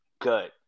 good